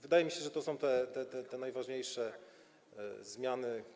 Wydaje mi się, że to są te najważniejsze zmiany.